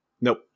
Nope